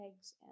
eggs